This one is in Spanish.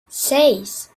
seis